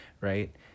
right